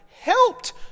helped